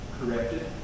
corrected